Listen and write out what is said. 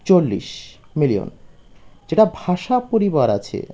চল্লিশ মিলিয়ন যেটা ভাষা পরিবার আছে